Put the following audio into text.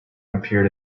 appeared